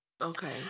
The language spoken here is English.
Okay